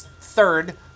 third